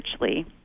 richly